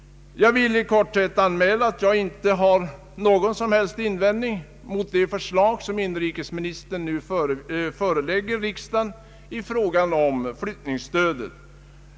Jag vill i korthet anmäla att jag inte har någon som helst invändning mot det förslag som inrikesministern nu förelägger riksdagen i fråga om flyttningsstödet.